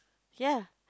ya